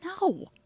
no